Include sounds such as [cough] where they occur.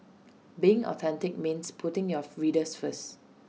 being authentic means putting your [noise] readers first